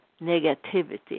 negativity